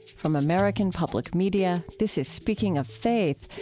from american public media, this is speaking of faith,